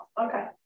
Okay